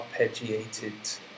arpeggiated